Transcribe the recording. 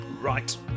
Right